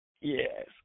Yes